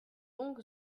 donc